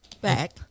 back